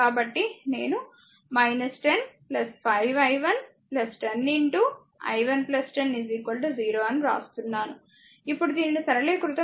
కాబట్టి నేను 10 5i 1 10 i1 10 0 అని వ్రాస్తున్నాను ఇప్పుడు దీనిని సరళీకృతం చేయండి